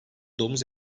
domuz